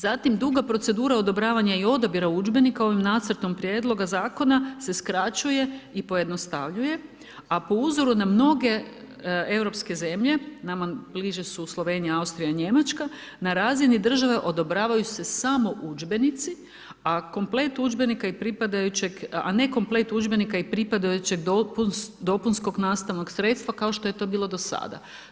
Zatim duga procedura odobravanja i odabira udžbenika ovim nacrtom Prijedloga zakona se skraćuje i pojednostavljuje, a po uzoru na mnoge europske zemlje, nama bliže su Slovenija, Njemačka, Austrija, na razini države odobravaju se samo udžbenici, a komplet udžbenika i pripadajuće, a ne komplet udžbenika i pripadajućeg dopunskog nastavnog sredstva kao što je to bilo do sada.